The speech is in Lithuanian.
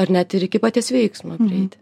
ar net ir iki paties veiksmo prieiti